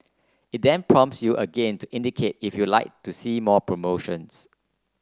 it then prompts you again to indicate if you like to see more promotions